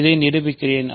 இதை நிரூபிக்கிறேன்